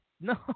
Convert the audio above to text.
No